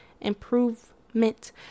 Improvement